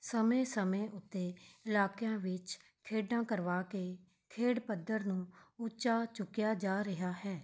ਸਮੇਂ ਸਮੇਂ ਉੱਤੇ ਇਲਾਕਿਆਂ ਵਿੱਚ ਖੇਡਾਂ ਕਰਵਾ ਕੇ ਖੇਡ ਪੱਧਰ ਨੂੰ ਉੱਚਾ ਚੁੱਕਿਆ ਜਾ ਰਿਹਾ ਹੈ